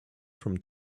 from